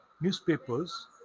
Newspapers